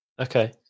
Okay